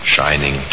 Shining